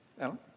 Alan